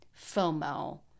FOMO